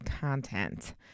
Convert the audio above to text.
content